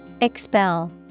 Expel